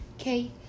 okay